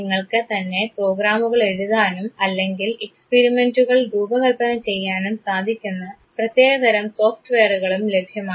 നിങ്ങൾക്ക് തന്നെ പ്രോഗ്രാമുകൾ എഴുതാനും അല്ലെങ്കിൽ എക്സ്പിരിമെൻറ്കൾ രൂപകൽപ്പന ചെയ്യാനും സാധിക്കുന്ന പ്രത്യേകതരം സോഫ്റ്റ്വെയറുകളും ലഭ്യമാണ്